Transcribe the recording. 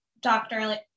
doctor